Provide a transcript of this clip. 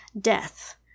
death